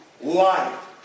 life